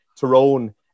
Tyrone